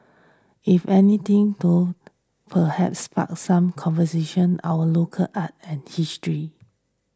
if anything though perhaps spark some conversations our local art and history